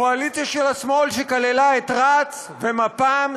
קואליציה של השמאל שכללה את רצ ומפ"ם,